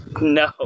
no